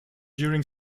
during